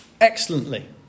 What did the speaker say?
excellently